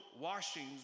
washings